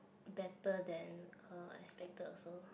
better than uh expected also